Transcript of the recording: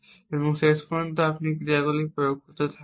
এবং শেষ পর্যন্ত আপনি ক্রিয়াগুলি প্রয়োগ করতে থাকুন